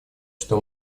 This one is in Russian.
что